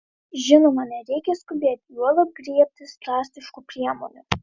žinoma nereikia skubėti juolab griebtis drastiškų priemonių